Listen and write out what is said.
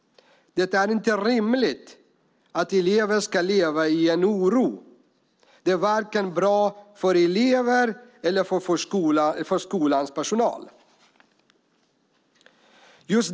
Det är inte rimligt att elever ska leva med oro. Det är inte bra vare sig för eleverna eller för skolans personal.